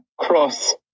cross